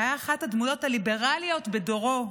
שהיה אחד הדמויות הליברליות בדורו,